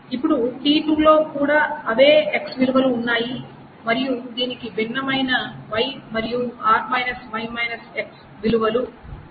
ఇప్పుడు t2 లో కూడా అవే X విలువలు ఉన్నాయి మరియు దీనికి భిన్నమైన Y మరియు R Y విలువలు ఉన్నాయి